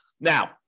Now